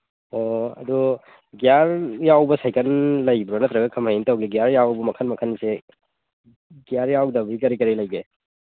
ꯑꯣ ꯑꯗꯨ ꯒ꯭ꯌꯥꯔ ꯌꯥꯎꯕ ꯁꯥꯏꯀꯟ ꯂꯩꯕ꯭ꯔꯥ ꯅꯠꯇ꯭ꯔꯒ ꯀꯃꯥꯏꯅ ꯇꯧꯒꯦ ꯒ꯭ꯌꯥꯔ ꯌꯥꯎꯕ ꯃꯈꯟ ꯃꯈꯟꯁꯦ ꯒ꯭ꯌꯥꯔ ꯌꯥꯎꯗꯕꯤ ꯀꯔꯤ ꯀꯔꯤ ꯂꯩꯒꯦ